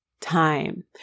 time